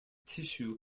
tissue